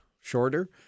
shorter